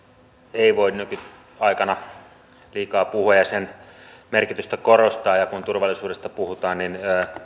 ei voi nykyaikana liikaa puhua ja sen merkitystä korostaa kun turvallisuudesta puhutaan niin